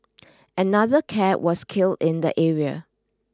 another cat was killed in the area